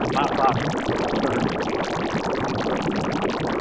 మా ఫ సునండి తీస్కొస్తున్నాను చెప్తాను